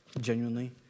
genuinely